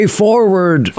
forward